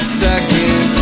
second